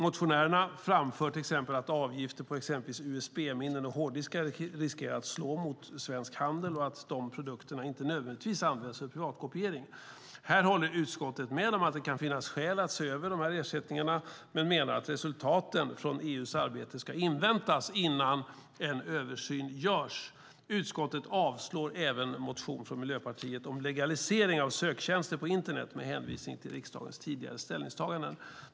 Motionärerna framför till exempel att avgifter på exempelvis usb-minnen eller hårddiskar riskerar att slå mot svensk handel och att de produkterna inte nödvändigtvis används för privatkopiering. Utskottet håller med om att det kan finnas skäl att se över de här ersättningarna men menar att resultaten från EU:s arbete ska inväntas innan en översyn görs. Utskottet avslår även motionen från Miljöpartiet om legalisering av söktjänster på internet med hänvisning till riksdagens ställningstaganden.